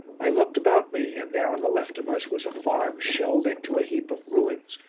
i looked about me, and there on the left of us was a farm shelled into a heap of ruins,